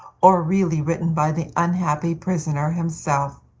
or really written by the unhappy prisoner himself.